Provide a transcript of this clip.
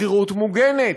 שכירות מוגנת,